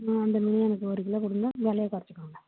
ஆ அந்த மீன் எனக்கு ஒரு கிலோ கொடுங்க வெலையை கொறைச்சிக்கோங்க